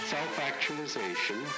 Self-actualization